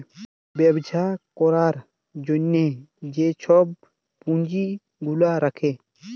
ব্যবছা ক্যরার জ্যনহে যে ছব পুঁজি গুলা রাখে